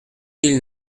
mille